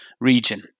region